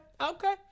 okay